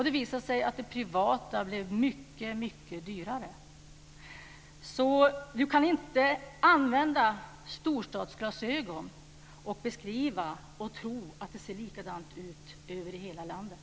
Det visade sig att det privata blev mycket dyrare. Man kan inte använda storstadsglasögon och tro att det ser likadant ut över hela landet.